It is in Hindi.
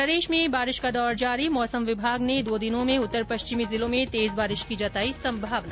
प्रदेश में बारिश का दौर जारी मौसम विभाग ने दो दिनों में उत्तर पश्चिमी जिलों में तेज बारिश की जताई संभावना